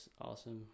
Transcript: awesome